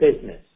business